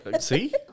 See